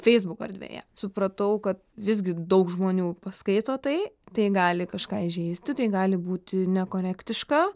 feisbuko erdvėje supratau kad visgi daug žmonių paskaito tai tai gali kažką įžeisti tai gali būti nekorektiška